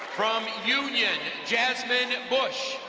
from union, jasmine busch.